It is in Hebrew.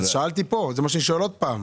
שואל שוב.